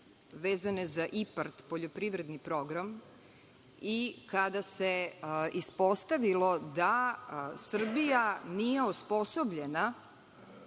vezane za IPARD poljoprivredni program i kada se ispostavilo da Srbija nije osposobljena